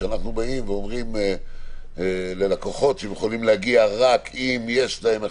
כשאנחנו באים ואומרים ללקוחות שהם יכולים להגיע רק אם יש להם 1,